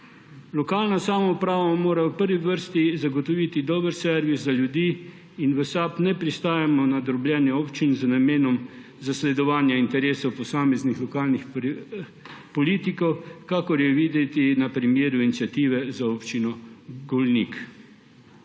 Lokalna samouprava mora v prvi vrsti zagotoviti dober servis za ljudi in v SAB ne pristajamo na drobljenje občin z namenom zasledovanja interesov posameznih lokalnih politikov, kakor je videti na primeru iniciative za občino Golnik.